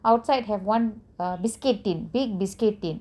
outside have one biscuit tin one big biscuit tin